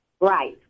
Right